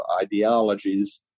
ideologies